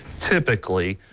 typically.